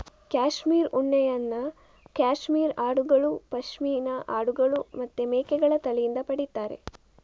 cashmere ಉಣ್ಣೆಯನ್ನ cashmere ಆಡುಗಳು, ಪಶ್ಮಿನಾ ಆಡುಗಳು ಮತ್ತೆ ಮೇಕೆಗಳ ತಳಿಯಿಂದ ಪಡೀತಾರೆ